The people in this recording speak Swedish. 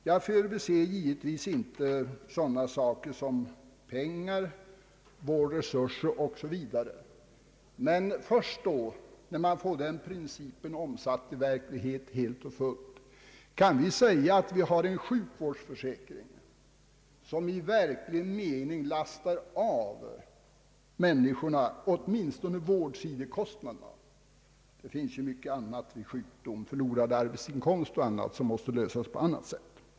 Jag förbiser givetvis inte sådana saker som pengar, vårdresurser 0. s. v., men först då man får den principen omsatt i verkligheten helt och fullt kan vi påstå att vi har en sjukvårdsförsäkring, som i verklig mening lastar av människorna åtminstone vårdkostnaderna. Det förekommer andra kostnader vid sjukdom, t.ex. förlorad arbetsinkomst och annat; problem som måste lösas på annat sätt.